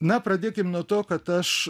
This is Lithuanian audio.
na pradėkime nuo to kad aš